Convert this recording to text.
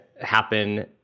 happen